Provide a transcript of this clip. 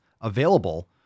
available